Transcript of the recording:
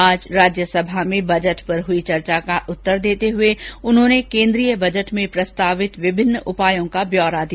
आज राज्यसभा में बजट पर हई चर्चा का उत्तर देते हुए उन्होंने केन्द्रीय बजट में प्रस्तावित विभिन्न उपायों का ब्यौरा दिया